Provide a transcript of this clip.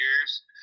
years